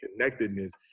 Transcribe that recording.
connectedness